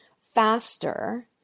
faster